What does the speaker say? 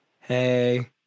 hey